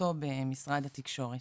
אחריותו במשרד התקשורת.